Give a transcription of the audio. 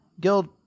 guild